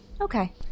Okay